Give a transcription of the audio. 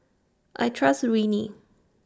I Trust Rene